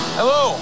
Hello